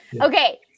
Okay